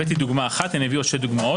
הבאתי דוגמה אחת, אני אביא עוד שתי דוגמאות.